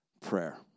prayer